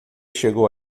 chegou